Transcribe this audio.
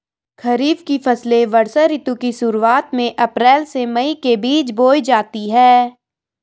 खरीफ की फसलें वर्षा ऋतु की शुरुआत में, अप्रैल से मई के बीच बोई जाती हैं